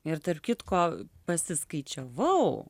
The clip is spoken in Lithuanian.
ir tarp kitko pasiskaičiavau